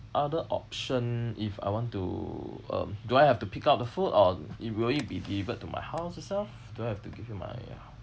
other option if I want to um do I have to pick up the food or it will it be delivered to my house itself do I have to give you my